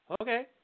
Okay